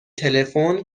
تلفن